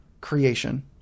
creation